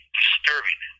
disturbing